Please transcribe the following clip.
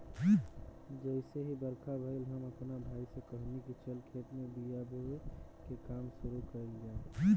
जइसे ही बरखा भईल, हम आपना भाई से कहनी की चल खेत में बिया बोवे के काम शुरू कईल जाव